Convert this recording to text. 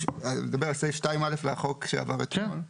על סעיף 2(א) לחוק שעבר אתמול.